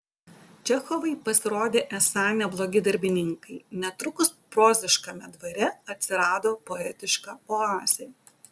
čechovai pasirodė esą neblogi darbininkai netrukus proziškame dvare atsirado poetiška oazė